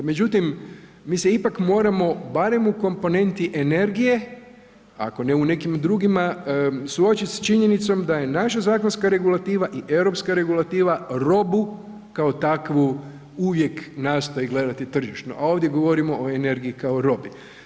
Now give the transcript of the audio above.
Međutim, mi se ipak moramo barem u komponenti energije, ako ne u nekim drugima, suočit s činjenicom da je naša zakonska regulativa i europska regulativa robu kao takvu uvijek nastoji gledati tržišno, a ovdje govorimo o energiji kao o robi.